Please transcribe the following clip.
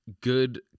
good